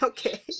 Okay